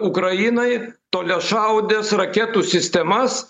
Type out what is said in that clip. ukrainai toliašaudes raketų sistemas